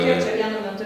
kiek čia vienu metu